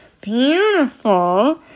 beautiful